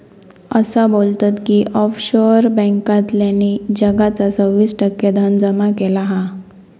असा बोलतत की ऑफशोअर बॅन्कांतल्यानी जगाचा सव्वीस टक्के धन जमा केला हा